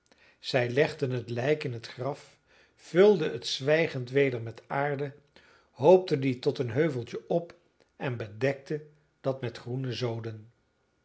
zij legden het lijk in het graf vulden het zwijgend weder met aarde hoopten die tot een heuveltje op en bedekten dat met groene zoden